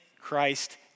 Christ